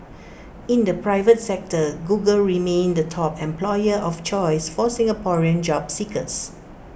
in the private sector Google remained the top employer of choice for Singaporean job seekers